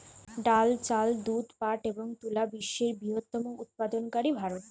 ডাল, চাল, দুধ, পাট এবং তুলা বিশ্বের বৃহত্তম উৎপাদনকারী ভারত